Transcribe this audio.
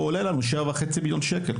הוא עולה לנו 7.5 מיליון שקל,